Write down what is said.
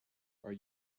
are